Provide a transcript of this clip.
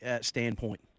standpoint